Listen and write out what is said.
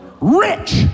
rich